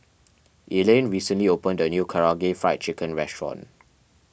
Elaine recently opened a new Karaage Fried Chicken restaurant